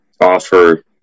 offer